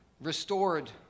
restored